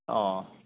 অঁ